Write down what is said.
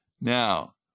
Now